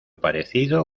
parecido